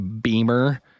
Beamer